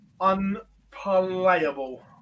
Unplayable